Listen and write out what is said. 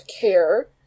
care